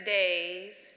days